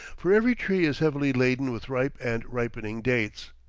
for every tree is heavily laden with ripe and ripening dates.